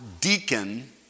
deacon